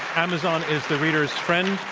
amazon is the reader's friend.